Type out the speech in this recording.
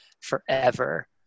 forever